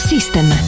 System